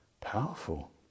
Powerful